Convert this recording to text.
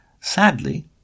Sadly